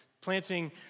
planting